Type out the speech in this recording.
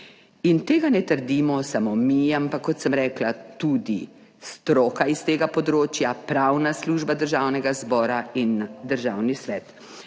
tega ne trdimo samo mi, ampak kot sem rekla, tudi stroka iz tega področja, pravna služba Državnega zbora in Državni svet.